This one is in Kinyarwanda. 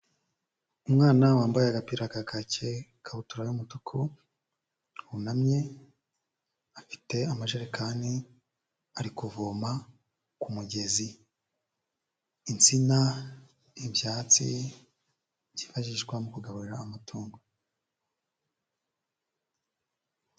Umwana wambaye agapira ka kake, ikabutura y'umutuku, wunamye, afite amajerekani, ari kuvoma ku mugezi. Insina, ibyatsi byifashishwa mu kugaburira amatungo.